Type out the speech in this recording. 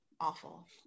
awful